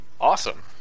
Awesome